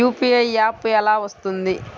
UPI app ఎలా వస్తుంది?